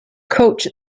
coach